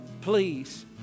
please